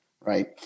right